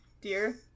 Dear